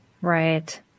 Right